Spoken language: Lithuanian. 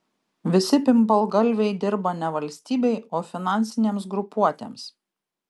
visi pimpalgalviai dirba ne valstybei o finansinėms grupuotėms